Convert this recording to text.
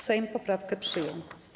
Sejm poprawkę przyjął.